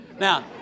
Now